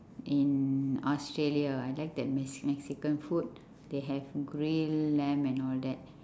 in australia I like their mex~ mexican food they have grilled lamb and all that